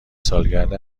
سالگرد